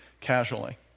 casually